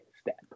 step